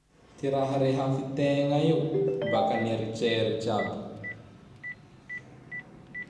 Ty raha rehafitegna io! Baka an'eritseritse aby.